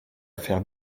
faire